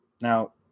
now